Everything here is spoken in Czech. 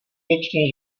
věčný